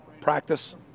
practice